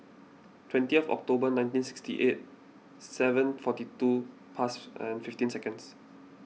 twenty October nineteen sixty eight seven forty two pass and fifteen seconds